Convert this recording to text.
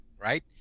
Right